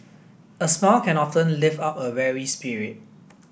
a smile can often lift up a weary spirit